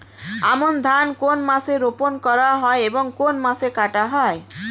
আমন ধান কোন মাসে রোপণ করা হয় এবং কোন মাসে কাটা হয়?